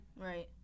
Right